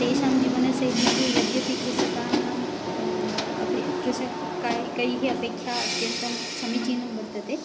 तेषां जीवनशैली तु यद्यपि कृषकाणाम् अपि कृषक् कै कैः अपेक्षा अत्यन्तं समीचीनं वर्तते